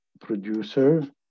producer